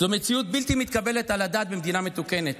זו מציאות בלתי מתקבלת על הדעת במדינה מתוקנת,